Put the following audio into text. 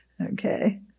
Okay